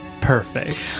Perfect